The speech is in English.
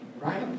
Right